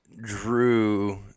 Drew